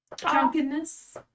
Drunkenness